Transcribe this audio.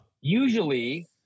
usually